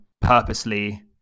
purposely